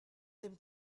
ddim